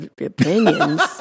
opinions